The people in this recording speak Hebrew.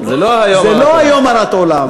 זה לא היום הרת עולם.